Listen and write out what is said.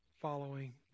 following